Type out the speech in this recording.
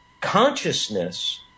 consciousness